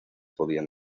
podían